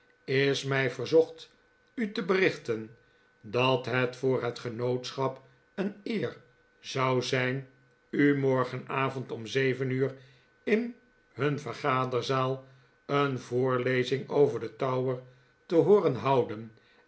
is mij verzocht u te berichten dat het voor het genootschap een eer zou zijn u morgenavond om zeven uur in hun vergaderzaal een voorlezing over den tower te hooren houden